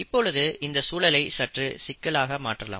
இப்பொழுது இந்த சூழலை சற்று சிக்கலாக மாற்றலாம்